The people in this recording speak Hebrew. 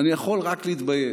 אני יכול רק להתבייש.